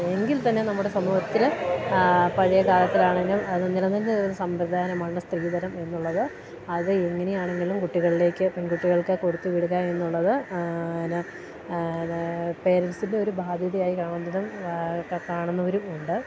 എങ്കിൽത്തന്നെ നമ്മുടെ സമൂഹത്തില് പഴയ കാലത്തിലാണെങ്കിൽ അത് നിലനിന്നിരുന്ന സമ്പ്രദായമാണ് സ്ത്രീധനമെന്നുള്ളത് അതെങ്ങനെയാണെങ്കിലും കുട്ടികള്ക്ക് പെൺകുട്ടികൾക്ക് കൊടുത്തുവിടുകയെന്നുള്ളത് പേരെൻസിൻ്റെ ഒരു ബാധ്യതയായി കാണുന്നതും കാണുന്നവരുമുണ്ട്